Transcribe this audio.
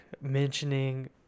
mentioning